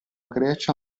grecia